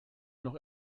noch